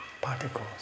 particles